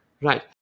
right